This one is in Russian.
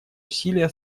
усилия